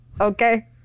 Okay